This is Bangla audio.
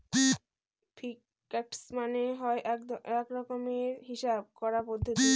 ফিন্যান্স মানে হয় এক রকমের হিসাব করার পদ্ধতি